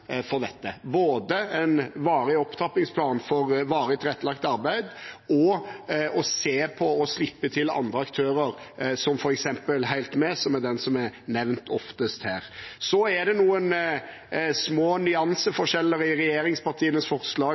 for dette, både en varig opptrappingsplan for varig tilrettelagt arbeid og å se på å slippe til andre aktører, som f.eks. Helt Med, som er den som er nevnt oftest her. Det er noen små nyanseforskjeller i regjeringspartienes forslag